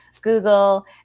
Google